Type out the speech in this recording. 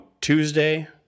Tuesday